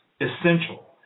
Essential